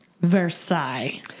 Versailles